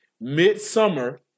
mid-summer